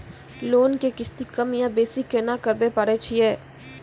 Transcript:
Loan के किस्ती कम या बेसी केना करबै पारे छियै?